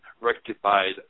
rectified